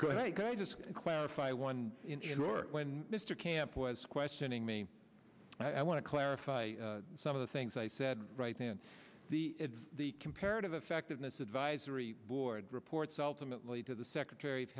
just clarify one in your when mr camp was questioning me i want to clarify some of the things i said right in the the comparative effectiveness advisory board reports ultimately to the secretary of